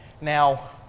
Now